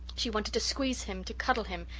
she wanted to squeeze him to cuddle him,